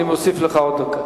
אני מוסיף לך עוד דקה.